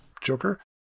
Joker